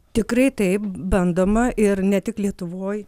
tikrai taip bandoma ir ne tik lietuvoje